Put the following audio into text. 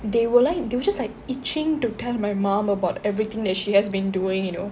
they will like they will just like itching to tell my mum about everything that she has been doing you know